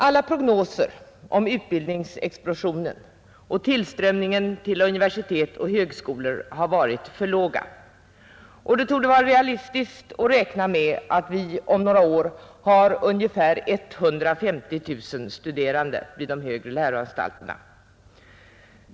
Alla prognoser om utbildningsexplosionen och tillströmningen till universitet och högskolor har varit för lågt tilltagna, och det torde vara realistiskt att räkna med att vi om några år har ungefär 150 000 studerande vid de högre läroanstalterna.